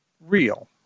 real